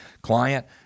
client –